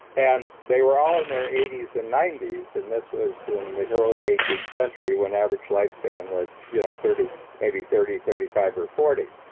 and they were all in their eighty s and ninety s, and this was in the early eighteenth century, when average lifespan was you know maybe thirty, thirty five, or forty.